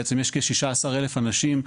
בעצם יש כ-16,000 אנשים,